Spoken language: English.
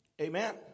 Amen